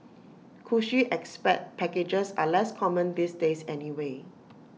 cushy expat packages are less common these days anyway